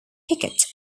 piquet